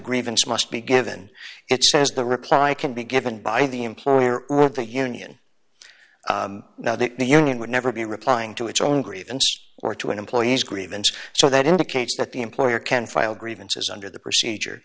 grievance must be given it says the reply i can be given by the employer of the union now that the union would never be replying to its own grievance or to an employee's grievance so that indicates that the employer can file grievances under the procedure